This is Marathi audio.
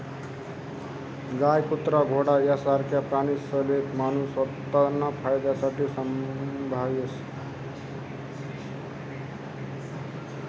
गाय, कुत्रा, घोडा यासारखा प्राणीसले माणूस स्वताना फायदासाठे संभायस